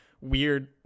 weird